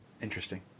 Interesting